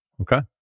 Okay